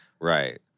Right